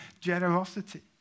generosity